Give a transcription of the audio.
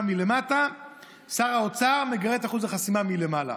מלמטה ושר האוצר מגרד את אחוז החסימה מלמעלה.